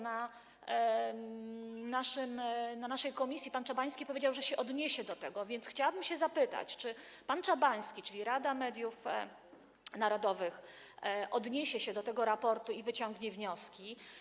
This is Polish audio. Na posiedzeniu naszej komisji pan Czabański powiedział, że się do tego odniesie, więc chciałabym zapytać: Czy pan Czabański, czyli Rada Mediów Narodowych, odniesie się do tego raportu i wyciągnie wnioski?